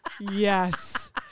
yes